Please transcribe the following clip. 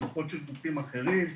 בדו"חות של גופים אחרים,